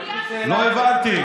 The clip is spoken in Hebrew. לא הבנתי,